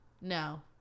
No